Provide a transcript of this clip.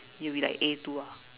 you'll be like A two ah